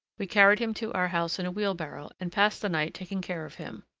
we carried him to our house in a wheelbarrow, and passed the night taking care of him.